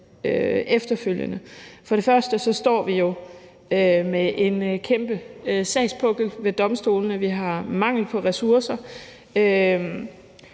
efterfølgende. Vi står jo med en kæmpe sagspukkel ved domstolene. Vi har mangel på ressourcer,